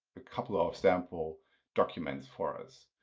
a couple ah of sample documents for us.